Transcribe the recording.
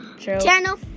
channel